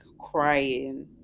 crying